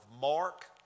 Mark